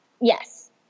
Yes